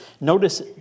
Notice